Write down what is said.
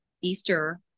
Easter